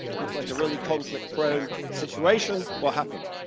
looks like a really conflict prone situation. what happened?